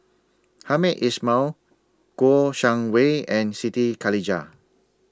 Hamed Ismail Kouo Shang Wei and Siti Khalijah